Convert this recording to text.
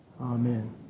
Amen